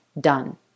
done